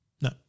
No